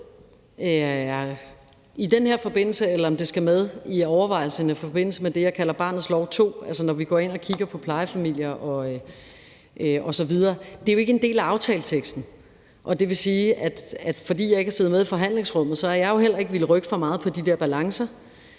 i den her forbindelse, eller om det skal med i overvejelserne i forbindelse med det, jeg kalder barnets lov II, altså når vi går ind og kigger på plejefamilier osv. Det er jo ikke en del af aftaleteksten, og det vil sige, at fordi jeg ikke har siddet med i forhandlingsrummet, har jeg heller ikke villet rykke for meget på de der balancer